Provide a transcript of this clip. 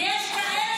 ויש כאלה שמבצעים טרור.